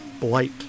blight